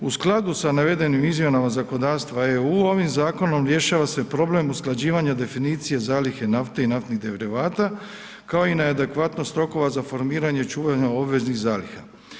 U skladu sa navedenim izmjenama zakonodavstva EU-a ovim zakonom rješava se problem usklađivanja definicije zalihe nafte i naftnih derivata kao i na adekvatnost rokova za formiranje i čuvanje obveznih zaliha.